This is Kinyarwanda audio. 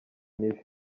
mibi